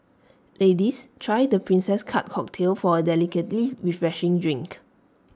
ladies try the princess cut cocktail for A delicately refreshing drink